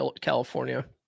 California